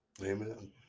Amen